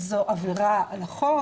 זו עבירה על החוק,